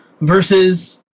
versus